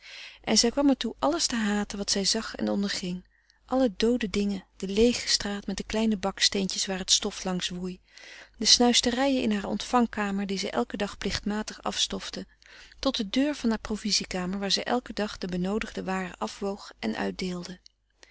en zij kwam er toe alles te haten wat zij zag en onderging alle doode dingen de leege straat met de kleine baksteentjes waar het stof langs woei de snuisterijen in haar ontvangkamer die zij elken dag plichtmatig afstofte tot de deur van haar provisiekamer waar zij elken dag de benoodigde waren afwoog en uitdeelde